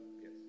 Yes